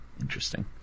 Interesting